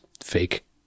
fake